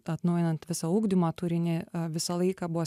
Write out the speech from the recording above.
atnaujinant visą ugdymo turinį visą laiką buvo